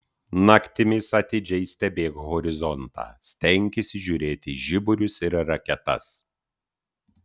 naktimis atidžiai stebėk horizontą stenkis įžiūrėti žiburius ir raketas